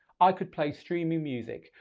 i could play streaming music.